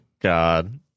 God